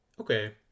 Okay